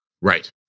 Right